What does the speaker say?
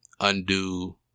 undo